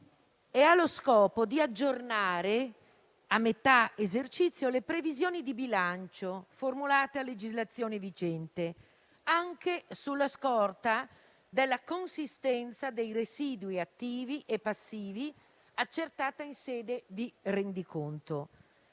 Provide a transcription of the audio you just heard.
e ha lo scopo di aggiornare a metà esercizio le previsioni di bilancio formulate a legislazione vigente, anche sulla scorta della consistenza dei residui attivi e passivi accertata in sede di rendiconto.